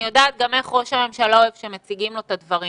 אני יודעת גם איך ראש הממשלה אוהב שמציגים לו את הדברים